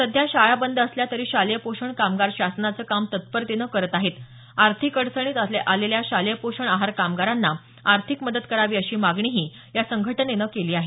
सध्या शाळा बंद असल्या तरी शालेय पोषण कामगार शासनाचं काम तत्परतेने करत आहेत आर्थिक अडचणीत आलेल्या शालेय पोषण आहार कामगारांना आर्थिक मदत करावी अशी मागणीही या संघटनेनं केली आहे